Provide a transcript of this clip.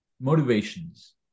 motivations